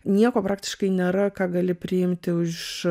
nieko praktiškai nėra ką gali priimti už